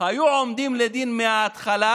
היו עומדים לדין מההתחלה,